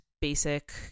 basic